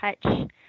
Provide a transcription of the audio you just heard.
Touch